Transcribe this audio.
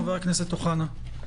חבר הכנסת אוחנה.